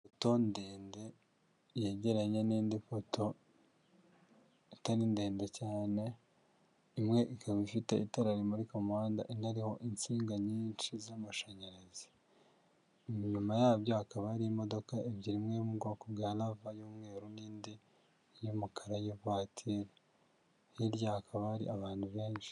Ipoto ndende yegeranye n'indi poto itari ndende cyane, imwe ikaba ifite itara rimurika mu muhanda inariho insinga nyinshi z'amashanyarazi, inyuma yabyo hakaba hari imodoka ebyiri, imwe yo mu bwoko bwa lava y'umweru, n'indi y'umukara y'ivatiri, hirya hakaba hari abantu benshi.